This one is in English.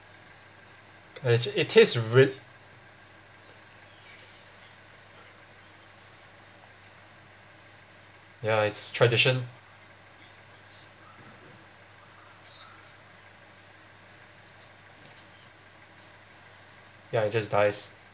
actually it taste real~ ya it's tradition ya it just dies